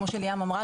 כמו שליאם אמרה,